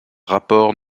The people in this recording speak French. rapports